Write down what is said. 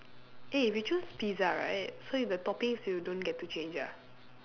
eh we choose pizza right so if the toppings you don't get to change ah